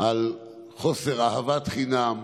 על חוסר אהבת חינם,